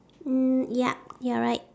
mm yup you are right